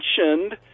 mentioned